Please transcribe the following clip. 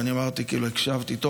ואני הקשבתי טוב,